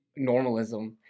normalism